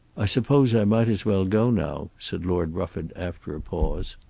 i suppose i might as well go now, said lord rufford after a pause.